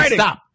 stop